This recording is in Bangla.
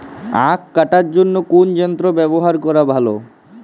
আঁখ কাটার জন্য কোন যন্ত্র ব্যাবহার করা ভালো?